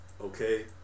Okay